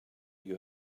you